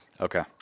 Okay